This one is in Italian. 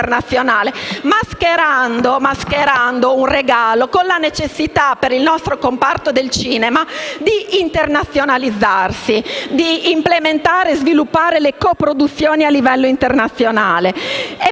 mascherando un regalo con la necessità per il nostro comparto del cinema di internazionalizzarsi, di implementare e sviluppare le coproduzioni a livello internazionale.